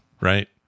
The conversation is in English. right